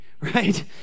right